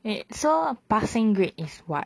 wait so passing grade is what